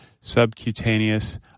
subcutaneous